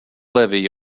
levy